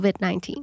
COVID-19